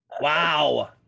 wow